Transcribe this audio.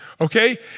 okay